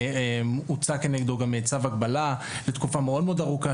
הוצא נגדו גם צו הגבלה לתקופה מאוד מאוד ארוכה,